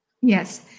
Yes